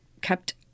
kept